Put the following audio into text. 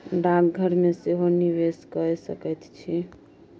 डाकघर मे सेहो निवेश कए सकैत छी